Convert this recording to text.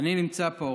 נמצא פה,